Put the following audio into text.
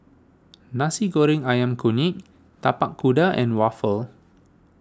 Nasi Goreng Ayam Kunyit Tapak Kuda and Waffle